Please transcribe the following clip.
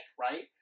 Right